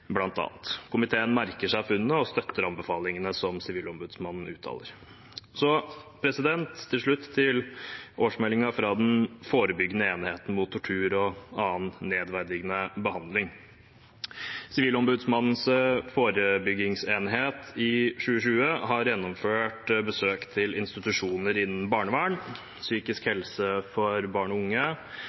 Komiteen merker seg funnene og støtter anbefalingene som Sivilombudsmannen gir. Til slutt til årsmeldingen fra den forebyggende enheten mot tortur og annen nedverdigende behandling: Sivilombudsmannens forebyggingsenhet har i 2020 gjennomført besøk til institusjoner innen barnevern, psykisk helse for barn og unge,